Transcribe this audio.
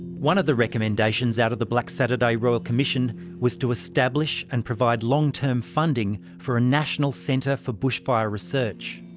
one of the recommendations out of the black saturday royal commission was to establish and provide long-term funding for a national centre for bushfire research.